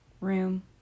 room